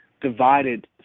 divided